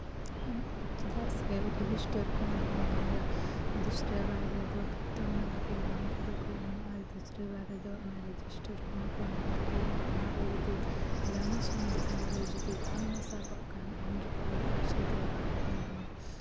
ᱪᱮᱫᱟᱜ ᱥᱮ ᱨᱮᱡᱤᱥᱴᱟᱨ ᱠᱚᱦᱚᱸ ᱠᱚ ᱧᱮᱞᱟ ᱫᱚᱥᱨᱟ ᱵᱟᱨ ᱨᱮᱫᱚ ᱯᱨᱚᱛᱷᱚᱢᱵᱟᱨ ᱨᱮᱜᱮ ᱞᱳᱱ ᱠᱚᱫᱚ ᱠᱚ ᱮᱢᱚᱜᱼᱟ ᱫᱚᱥᱨᱟ ᱵᱟᱨ ᱨᱮᱫᱚ ᱚᱱᱟ ᱨᱮᱡᱤᱥᱴᱟᱨ ᱠᱚᱦᱚᱸ ᱠᱚ ᱧᱮᱞ ᱜᱮᱭᱟ ᱚᱱᱟᱨᱮ ᱡᱩᱫᱤ ᱜᱨᱟᱢᱢᱚ ᱥᱚᱝᱜᱚᱴᱷᱚᱱ ᱨᱮ ᱡᱩᱫᱤ ᱵᱟᱢ ᱢᱮᱥᱟ ᱠᱚᱜ ᱠᱷᱟᱱ ᱩᱱ ᱡᱚᱠᱷᱚᱱ ᱫᱚ ᱯᱚᱭᱥᱟ ᱠᱚ ᱵᱟᱠᱚ ᱮᱢᱚᱜᱼᱟ